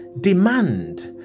demand